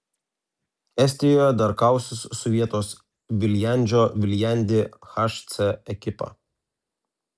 estijoje dar kausis su vietos viljandžio viljandi hc ekipa